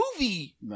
movie